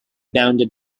bounded